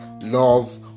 love